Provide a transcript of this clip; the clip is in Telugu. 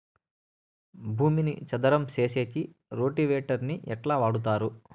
భూమిని చదరం సేసేకి రోటివేటర్ ని ఎట్లా వాడుతారు?